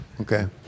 Okay